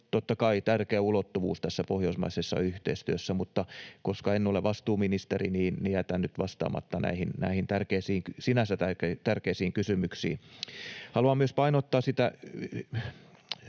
tärkeä ulottuvuus tässä pohjoismaisessa yhteistyössä, mutta koska en ole vastuuministeri, niin jätän nyt vastaamatta näihin sinänsä tärkeisiin kysymyksiin. Haluan myös painottaa sitä